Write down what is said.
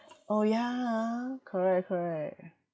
oh ya ah correct correct